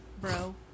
bro